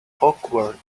awkward